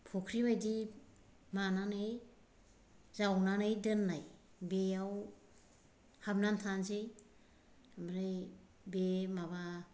फख्रि बायदि मानानै जावनानै दोननाय बेयाव हाबनानै थानोसै ओमफ्राय बे माबा